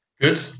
Good